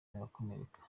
barakomereka